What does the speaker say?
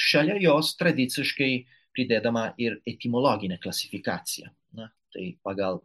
šalia jos tradiciškai pridedama ir etimologinė klasifikacija na tai pagal